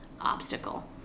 obstacle